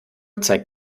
zeigt